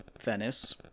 Venice